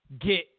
get